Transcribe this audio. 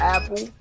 Apple